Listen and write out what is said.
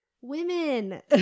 Women